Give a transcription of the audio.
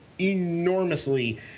enormously